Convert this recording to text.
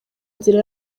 inzira